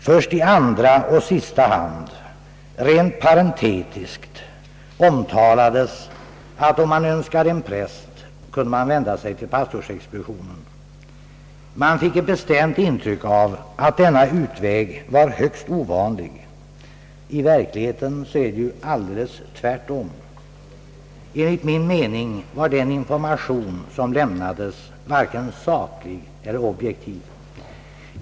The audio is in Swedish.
Först i andra och sista hand, rent parentetiskt, omtalades att om man önskade en präst kunde man vända sig till pastorsexpeditionen. Man fick ett bestämt intryck av att denna utväg var högst ovanlig. I verkligheten är det precis tvärtom! Enligt min mening var den information som lämnades varken saklig eller objektiv.